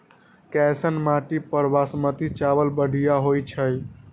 कैसन माटी पर बासमती चावल बढ़िया होई छई?